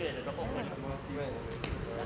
ya